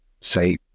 say